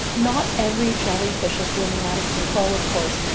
not every jellyfish is blooming out of control of course,